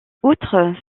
outre